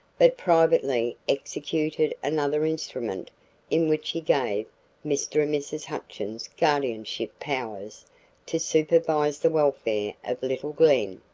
but privately executed another instrument in which he gave mr. and mrs. hutchins guardianship powers to supervise the welfare of little glen.